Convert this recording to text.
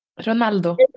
Ronaldo